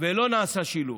ולא נעשה שילוב.